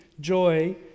joy